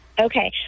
Okay